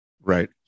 Right